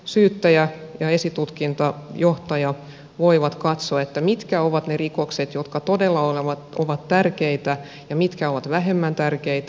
syyttäjä ja esitutkintajohtaja voivat katsoa mitkä ovat ne rikokset jotka todella ovat tärkeitä ja mitkä ovat vähemmän tärkeitä